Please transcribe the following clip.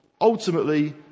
ultimately